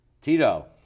tito